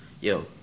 yo